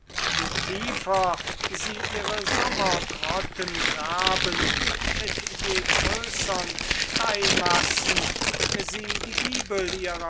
je tiefer sie ihre sommergrotten graben mit je größern steinmassen sie die giebel ihrer